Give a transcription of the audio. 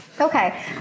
Okay